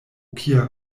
kia